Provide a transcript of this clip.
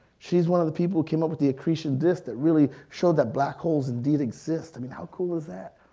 she's one of the people who came up with the accretion disk that really showed that black holes did exist. i mean how cool is that?